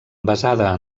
basada